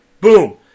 boom